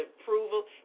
approval